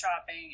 shopping